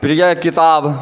प्रिय किताब